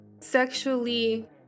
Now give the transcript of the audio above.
sexually